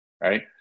right